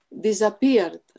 disappeared